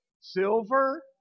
silver